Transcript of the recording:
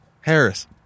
Harris